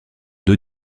deux